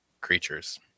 creatures